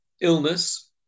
illness